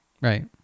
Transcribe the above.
Right